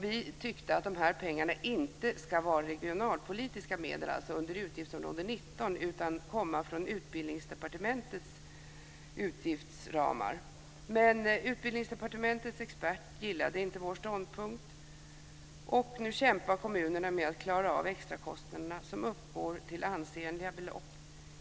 Vi tyckte att de här pengarna inte ska vara regionala medel under utgiftsområde 19 utan komma från Utbildningsdepartementets utgiftsramar. Men Utbildningsdepartementets expert gillade inte vår ståndpunkt, och nu kämpar kommunerna med att klara av extrakostnaderna, som uppgår till ansenliga belopp.